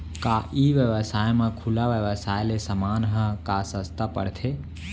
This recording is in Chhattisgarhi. का ई व्यवसाय म खुला व्यवसाय ले समान ह का सस्ता पढ़थे?